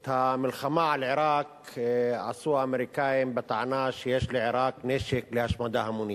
את המלחמה על עירק עשו האמריקנים בטענה שיש לעירק נשק להשמדה המונית.